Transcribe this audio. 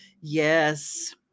Yes